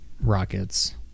rockets